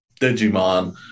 Digimon